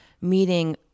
meeting